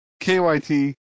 KYT